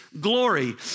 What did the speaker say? glory